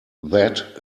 that